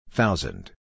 Thousand